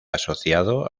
asociado